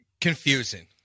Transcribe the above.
Confusing